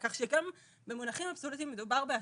כך שגם במונחים אבסולוטיים מדובר בהצלחה.